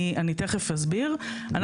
אני תכף אסביר.